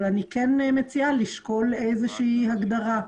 אני כן מציעה לשקול איזושהי הגדרה.